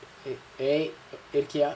dey இருக்கியா:irukkiyaa